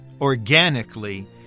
organically